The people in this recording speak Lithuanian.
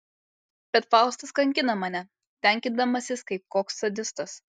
bet faustas kankina mane tenkindamasis kaip koks sadistas